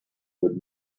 would